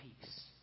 peace